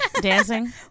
dancing